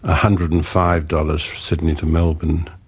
ah hundred and five dollars sydney to melbourne.